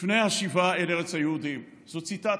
לפני השיבה אל ארץ היהודים, זו ציטטה,